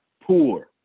poor